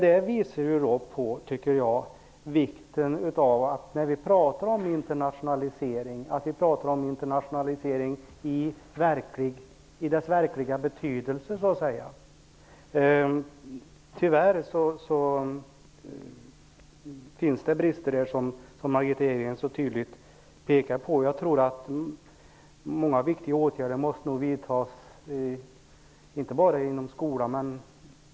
Det visar på vikten av att vi pratar om internationalisering i dess verkliga betydelse. Tyvärr finns det brister, som Margitta Edgren så tydligt pekar på. Många viktiga åtgärder måste nog vidtas utanför skolan, ute i samhället i övrigt.